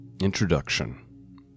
Introduction